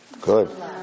Good